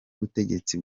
ubutegetsi